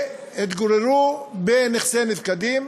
והתגוררו בנכסי נפקדים,